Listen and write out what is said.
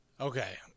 okay